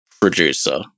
producer